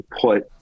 put